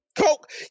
Coke